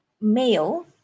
male